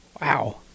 Wow